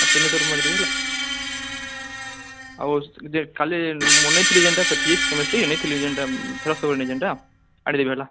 ଆଉ ସିଙ୍ଗନେଚର୍ ମାରିଦେବି ହେଲା ଆଉ ଯେ କାଲି ମୁଁ ନେଇଥିଲି ଯେନ୍ଟା ସେ ଫିଜିକ୍ସ କେମେଷ୍ଟ୍ରି ନେଇଥିଲି ଯେନ୍ଟା ଫେରସ୍ତ କରିମି ଯେନ୍ଟା ଆଣିଦେବି ହେଲା